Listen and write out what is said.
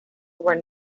were